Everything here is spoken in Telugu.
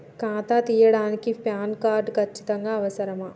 ఖాతా తీయడానికి ప్యాన్ కార్డు ఖచ్చితంగా అవసరమా?